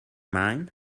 mind